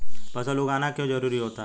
फसल उगाना क्यों जरूरी होता है?